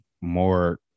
more